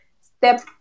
step